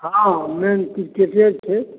हॅं मेन क्रिकेटे छै